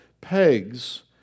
pegs